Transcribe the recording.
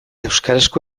euskarazko